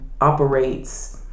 operates